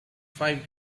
five